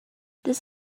this